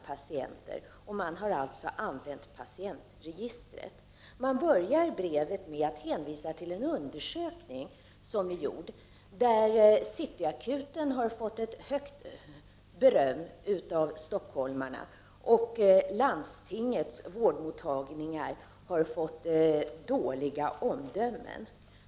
Man har använt patientregistret, och man börjar brevet med att hänvisa till en undersökning där City Akuten har fått mycket beröm av stockholmarna och där landstingets vårdmottagningar fått dåliga omdömen.